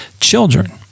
Children